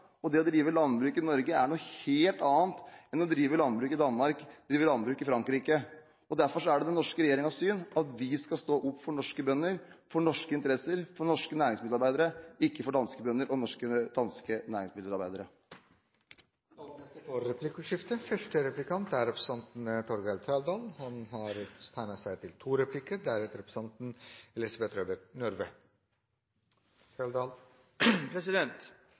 og vått land. Det å drive landbruk i Norge er noe helt annet enn å drive landbruk i Danmark eller i Frankrike, og derfor er det den norske regjeringens syn at vi skal stå opp for norske bønder, for norske interesser og for norske næringsmiddelarbeidere, ikke for danske bønder og danske næringsmiddelarbeidere. Det blir replikkordskifte. Vi har registrert at grensehandelen i år kommer til